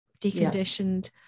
deconditioned